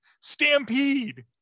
Stampede